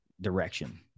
direction